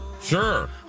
sure